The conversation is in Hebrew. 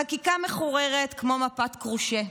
החקיקה מחוררת כמו מפת קרושה.